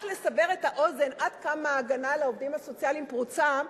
רק לסבר את האוזן עד כמה ההגנה על העובדים הסוציאליים פרוצה,